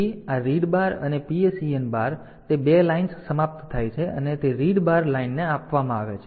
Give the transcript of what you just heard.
તેથી આ read bar અને PSEN બાર તે બે લાઇન્સ સમાપ્ત થાય છે અને તે રીડ બાર લાઇનને આપવામાં આવે છે